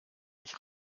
ich